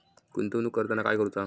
गुंतवणूक करताना काय करुचा?